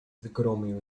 zgromił